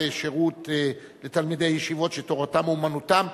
שירות לתלמידי ישיבות שתורתם אומנותם,